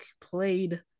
played